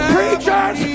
Preachers